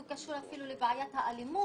הוא קשור אפילו לבעיית האלימות,